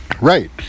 Right